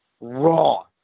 raw